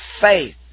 faith